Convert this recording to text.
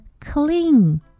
clean